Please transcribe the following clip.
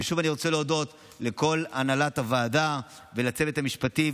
ושוב אני רוצה להודות לכל הנהלת הוועדה ולצוות המשפטי,